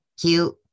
Cute